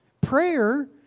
Prayer